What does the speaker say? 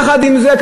יחד עם זה,